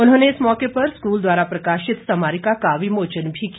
उन्होंने इस मौके पर स्कूल द्वारा प्रकाशित स्मारिका का भी विमोचन किया